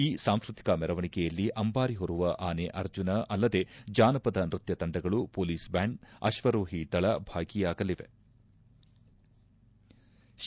ಈ ಸಾಂಸ್ಕೃತಿಕ ಮೆರವಣಿಗೆಯಲ್ಲಿ ಅಂಬಾರಿ ಹೊರುವ ಆನೆ ಅರ್ಜುನ ಅಲ್ಲದೇ ಜಾನಪದ ನ್ಯತ್ಯ ತಂಡಗಳು ಮೊಲೀಸ್ ಬ್ಯಾಂಡ್ ಅಶ್ವರೋಹಿ ದಳ ಭಾಗಿಯಾಗಿದ್ದವು